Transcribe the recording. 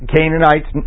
Canaanites